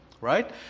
right